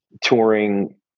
touring